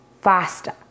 faster